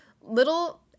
little